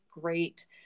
great